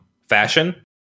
fashion